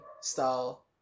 style